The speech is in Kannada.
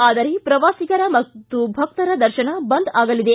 ಆದರೆ ಪ್ರವಾಸಿಗರ ಮತ್ತು ಭಕ್ತರ ದರ್ಶನ ಬಂದ್ ಆಗಲಿದೆ